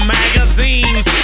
magazines